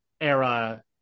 era